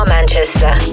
Manchester